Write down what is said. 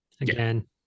again